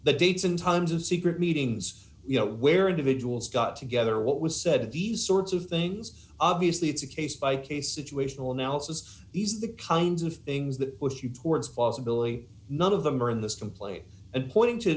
the dates and times of secret meetings you know where individuals got together what was said these sorts of things obviously it's a case by case situational analysis these are the kinds of things that with you towards possibility none of them are in this complaint a